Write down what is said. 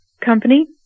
company